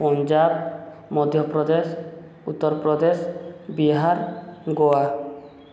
Punjab Madhya Pradesh Uttar Pradesh Bihar Goa